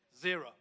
zero